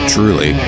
Truly